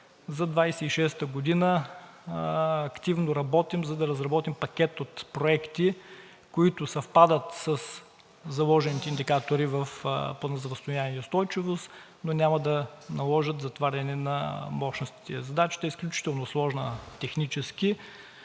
за 2026 г. Активно работим, за да разработим пакет от проекти, които съвпадат със заложените индикатори в Плана за възстановяване и устойчивост, но няма да наложат затваряне на мощностите. Задачата е изключително сложна технически,